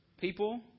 people